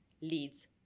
leads